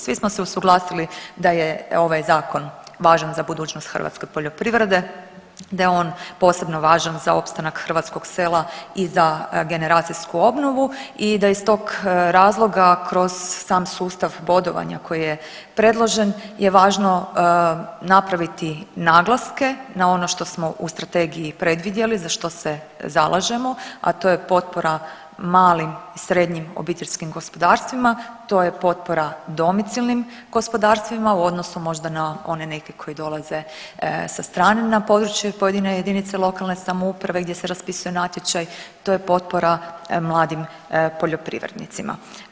Svi smo se usuglasili da je ovaj zakon važan za budućnost hrvatske poljoprivrede, da je on posebno važan za opstanak hrvatskog sela i za generacijsku obnovu i da iz tog razloga kroz sam sustav bodovanja koji je predložen je važno napraviti naglaske na ono što smo u strategiji predvidjeli, za što se zalažemo, a to je potpora malim i srednjim obiteljskim gospodarstvima, to je potpora domicilnim gospodarstvima u odnosu možda na one neke koji dolaze sa strane na područje pojedine JLS gdje se raspisuje natječaj, to je potpora mladim poljoprivrednicima.